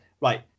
right